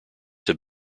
have